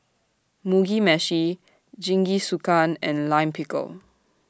Mugi Meshi Jingisukan and Lime Pickle